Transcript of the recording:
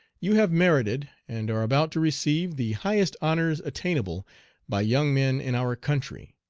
you have merited, and are about to receive, the highest honors attainable by young men in our country.